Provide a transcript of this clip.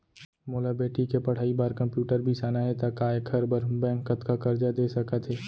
मोला बेटी के पढ़ई बार कम्प्यूटर बिसाना हे त का एखर बर बैंक कतका करजा दे सकत हे?